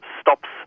stops